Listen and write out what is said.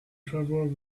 trevor